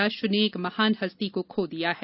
राष्ट्र ने एक महान हस्ती को खो दिया है